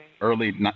early